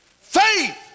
Faith